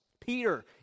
Peter